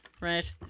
right